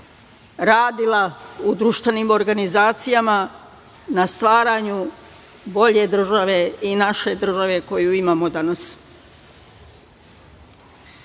radila u društvenim organizacijama na stvaranju bolje države i naše države koju imamo